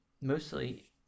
mostly